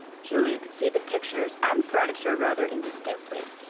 julia could see the pictures and furniture rather indistinctly.